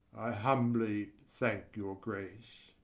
humbly thank your grace.